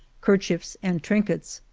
kerchiefs, and trinkets.